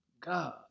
God